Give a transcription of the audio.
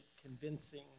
convincing